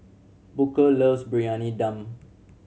Booker loves Briyani Dum